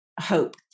hope